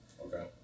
okay